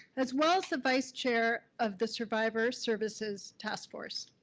as well as the vice chair of the survivor services taskforce.